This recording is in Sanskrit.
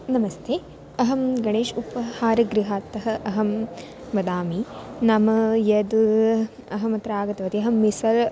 नमस्ते अहं गणेशः उपाहारगृहतः अहं वदामि नाम यद् अहमत्र आगतवती अहं मिसल्